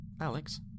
Alex